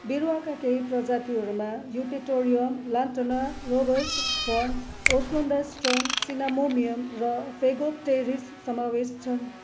बिरुवाका केही प्रजातिहरूमा Eupatorium Lantana Rubus fern Osmundastrum Cinnamomum र फेगोप्टेरिस समावेश छन्